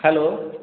hello